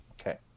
Okay